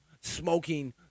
smoking